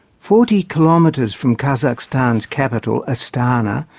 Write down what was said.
forty kilometres from kazakhstan's capital, astana,